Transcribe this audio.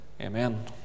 Amen